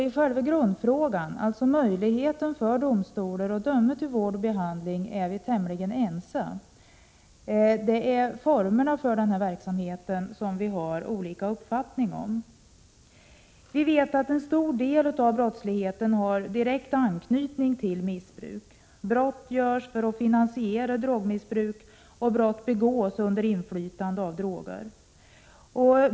I själva grundfrågan, beträffande möjligheten för domstolar att döma till vård och behandling, är vi tämligen ense. Det är formerna för verksamheten som vi har olika uppfattningar om. Vi vet att en stor del av brottsligheten har direkt anknytning till missbruk. Brott sker för att finansiera drogmissbruk, och brott begås under inflytande av droger.